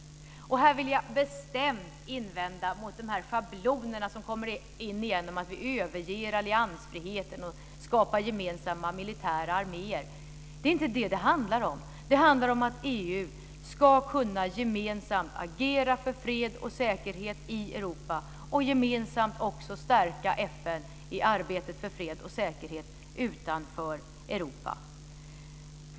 Jag vill bestämt invända mot de här schablonerna, som kommer in igen, om att vi överger alliansfriheten och skapar gemensamma militära arméer. Det är inte det det handlar om. Det handlar om att man i EU gemensamt ska kunna agera för fred och säkerhet i Europa och att man också gemensamt ska kunna stärka FN i arbetet för fred och säkerhet utanför Europa.